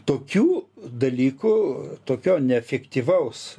tokių dalykų tokio neefektyvaus